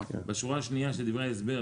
בשורה השנייה של דברי ההסבר,